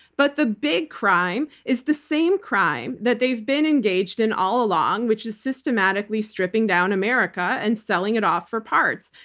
but the big crime is the same crime that they've been engaged in all along, which is systematically stripping down america and selling it off for parts.